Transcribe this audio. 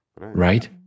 Right